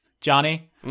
Johnny